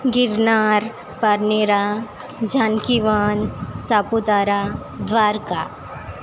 Girnar Parnera Janki Van Saputara Dwarka